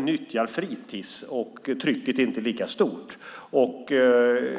nyttjar fritis, och trycket är inte lika stort där.